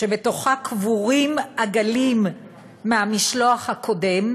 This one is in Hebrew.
שבתוכה קבורים עגלים מהמשלוח הקודם,